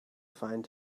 find